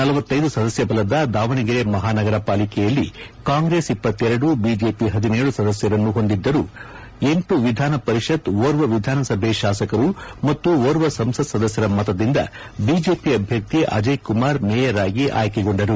ನಲವತ್ತೈದು ಸದಸ್ಯ ಬಲದ ದಾವಣಗೆರೆ ಮಹಾನಗರ ಪಾಲಿಕೆಯಲ್ಲಿ ಕಾಂಗ್ರೆಸ್ ಇಪ್ಪತ್ತರಡು ಬಿಜೆಪಿ ಪದಿನೇಳು ಸದಸ್ತರನ್ನು ಹೊಂದಿದ್ದರೂ ಎಂಟು ವಿಧಾನಪರಿಷತ್ ಓರ್ವ ವಿಧಾನಸಭೆ ಶಾಸಕರು ಮತ್ತು ಓರ್ವ ಸಂಸತ್ ಸದಸ್ಟರ ಮತದಿಂದ ಬಿಜೆಪಿ ಅಭ್ಯರ್ಥಿ ಅಜಯ್ ಕುಮಾರ್ ಮೇಯರ್ ಆಗಿ ಆಯ್ಕೆ ಗೊಂಡರು